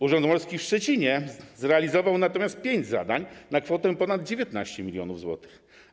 Urząd Morski w Szczecinie zrealizował natomiast 5 zadań na kwotę ponad 19 mln zł.